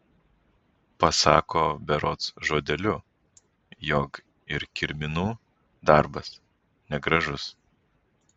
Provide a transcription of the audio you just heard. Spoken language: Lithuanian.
pasako berods žodeliu jog ir kirminų darbas negražus